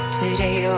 today